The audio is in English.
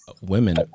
women